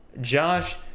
josh